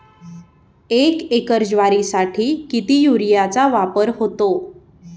एक एकर ज्वारीसाठी किती युरियाचा वापर होतो?